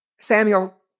Samuel